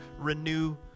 renew